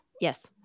Yes